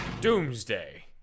doomsday